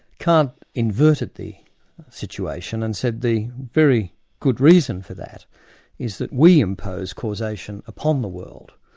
kant inverted the situation and said the very good reason for that is that we impose causation upon the world,